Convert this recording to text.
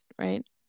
right